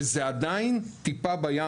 וזה עדיין טיפה בים,